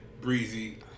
Breezy